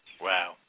Wow